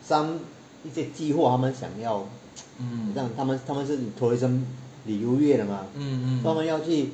some 一些计划他们想要 他们他们是 tourism 旅游业的吗他们要去